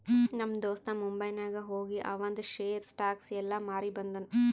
ನಮ್ ದೋಸ್ತ ಮುಂಬೈನಾಗ್ ಹೋಗಿ ಆವಂದ್ ಶೇರ್, ಸ್ಟಾಕ್ಸ್ ಎಲ್ಲಾ ಮಾರಿ ಬಂದುನ್